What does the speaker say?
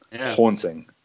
Haunting